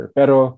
pero